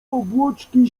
obłoczki